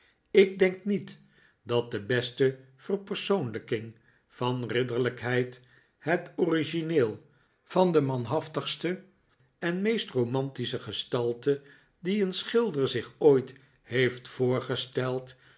ik denk niet dat de beste verpersoonlijking van ridderlijkheid het origineel van de manhaftigste en meest romantische geistalte die een schilder zich ooit heeft voorgesteld